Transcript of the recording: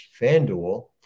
FanDuel